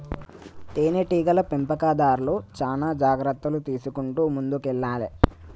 తేనె టీగల పెంపకందార్లు చానా జాగ్రత్తలు తీసుకుంటూ ముందుకెల్లాలే